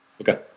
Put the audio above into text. Okay